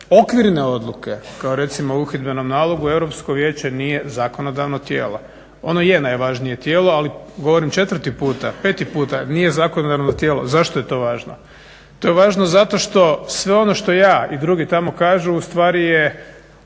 okvirne odluke kao recimo o uhidbenom nalogu Europsko vijeće nije zakonodavno tijelo. Ono je najvažnije tijelo ali govorim četvrti puta, peti puta nije zakonodavno tijelo. Zašto je to važno? To je važno zato što sve ono što ja i drugi tamo kažu ustvari je